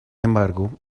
embargo